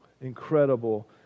incredible